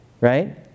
right